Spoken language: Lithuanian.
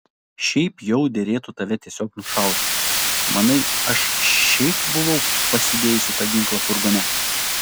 šiaip jau derėtų tave tiesiog nušauti manai aš šiaip buvau pasidėjusi tą ginklą furgone